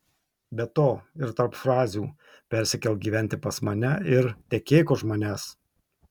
be to ir tarp frazių persikelk gyventi pas mane ir tekėk už manęs